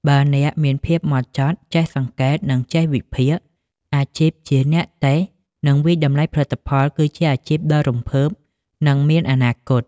បើអ្នកមានភាពហ្មត់ចត់ ចេះសង្កេត និងចេះវិភាគ អាជីពជាអ្នកតេស្ត និងវាយតម្លៃផលិតផលគឺជាអាជីពដ៏រំភើប និងមានអនាគត។